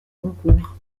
concours